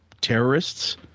terrorists